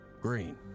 green